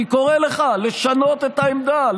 אני קורא לך לשנות את העמדה,